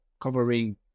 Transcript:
covering